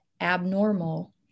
abnormal